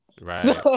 Right